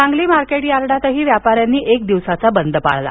Sangli market यार्डातही व्यापाऱ्यांनी एक दिवसाचा बंद पाळला